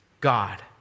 God